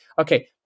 Okay